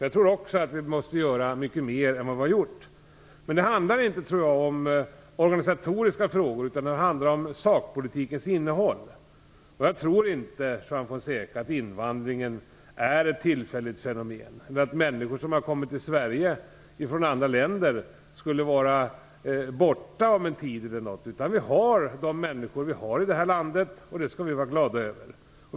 Jag tror också att vi måste göra mycket mer än vad vi har gjort. Men jag tror inte att det handlar om organisatoriska frågor utan om sakpolitikens innehåll. Jag tror inte, Juan Fonseca, att invandringen är ett tillfälligt fenomen eller att människor som har kommit hit till Sverige från andra länder skall försvinna härifrån efter en tid. Vi har de människor som vi har i det här landet, och det skall vi vara glada över.